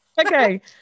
Okay